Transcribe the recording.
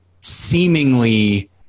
seemingly